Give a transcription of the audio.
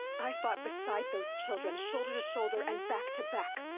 i fought beside those children. shoulder to shoulder, and back to back!